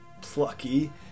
plucky